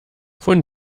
von